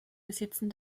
besitzen